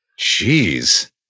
Jeez